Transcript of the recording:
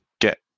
get